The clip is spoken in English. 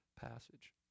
passage